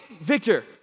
Victor